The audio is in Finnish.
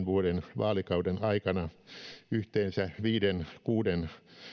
vuoden vaalikauden aikana yhteensä viiden viiva kuuden